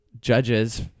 judges